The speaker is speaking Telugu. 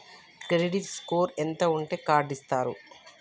క్రెడిట్ స్కోర్ ఎంత ఉంటే కార్డ్ ఇస్తారు?